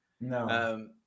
No